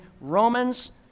Romans